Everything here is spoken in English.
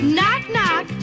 Knock-knock